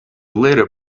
little